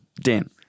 Dan